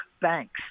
banks